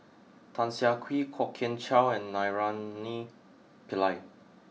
Tan Siah Kwee Kwok Kian Chow and Naraina Pillai